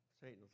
Satan